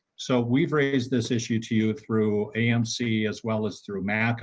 so we've raised this issue to you through amc as well as through may